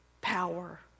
power